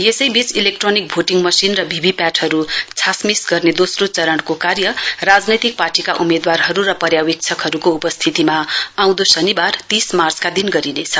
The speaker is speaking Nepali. यसैवीच इलेक्ट्रोनिक भोटिङ मशिन र भीभीपीएटी हरु छासमीस गर्ने दोस्रो चरणको कार्य राजनैतिक पार्टीका उम्मेदवारहरु र पर्यावेक्षकहरुको उपस्थितीमा आउँदो शनिवार तीस मार्चका दिन गरिनेछ